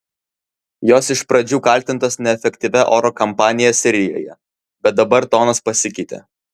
jos iš pradžių kaltintos neefektyvia oro kampanija sirijoje bet dabar tonas pasikeitė